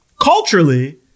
culturally